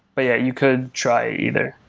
but yeah, you could try either.